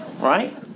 right